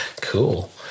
Cool